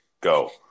go